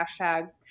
hashtags